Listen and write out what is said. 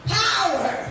power